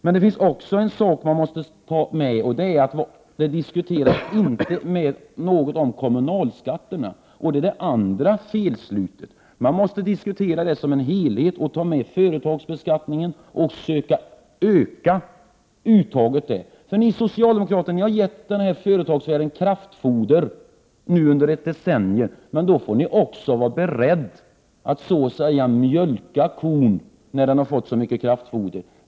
Men det finns en annan sak man måste nämna, och det är att det inte diskuteras något om kommunalskatterna. Det är det andra felslutet. Man måste diskutera detta som en helhet och med företagsbeskattningen och försöka öka uttaget där. Ni socialdemokrater har givit företagsvärlden kraftfoder under ett decennium nu. Då får ni också vara beredda att mjölka kon, så att säga, när den har fått så mycket kraftfoder.